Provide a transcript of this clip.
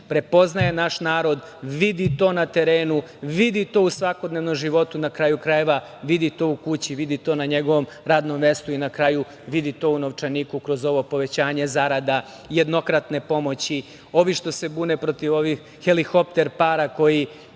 prepoznaje naš narod, vidi to na terenu, vidi to u svakodnevnom životu na kraju krajeva, vidi to u kući, vidi to na njegovom radnom mestu i na kraju vidi to u novčaniku kroz ovo povećanje zarada jednokratne pomoći. Ovi što se bune protiv ovih helikopter para, koji